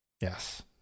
Yes